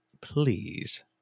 please